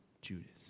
Judas